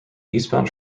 eastbound